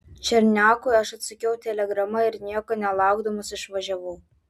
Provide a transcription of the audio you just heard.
černiakui aš atsakiau telegrama ir nieko nelaukdamas išvažiavau